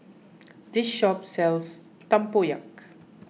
this shop sells Tempoyak